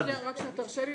אנחנו מתחילים.